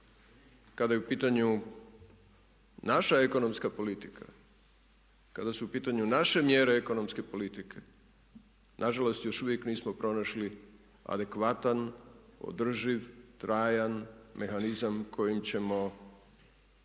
kada je u pitanju naša ekonomska politika, kada su u pitanju naše mjere ekonomske politike nažalost još uvijek nismo pronašli adekvatan, održiv, trajan mehanizam kojim nećemo ovisiti